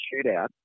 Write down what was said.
shootout